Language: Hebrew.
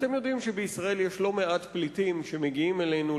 אתם יודעים שבישראל יש לא מעט פליטים שמגיעים אלינו,